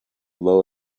low